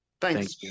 Thanks